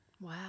Wow